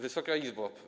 Wysoka Izbo!